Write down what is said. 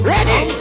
Ready